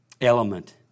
element